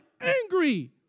angry